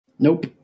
Nope